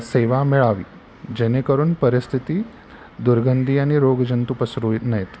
सेवा मिळावी जेणेकरून परिस्थिती दुर्गंधी आणि रोग जंतू पसरू नयेत